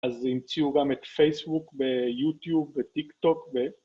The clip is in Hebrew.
אז המצאו גם את פייסבוק ויוטיוב וטיק טוק